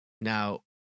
Now